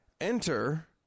enter